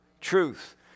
Truth